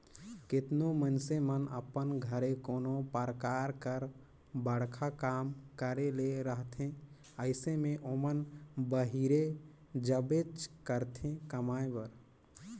केतनो मइनसे मन अपन घरे कोनो परकार कर बड़खा काम करे ले रहथे अइसे में ओमन बाहिरे जाबेच करथे कमाए बर